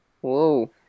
Whoa